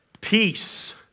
peace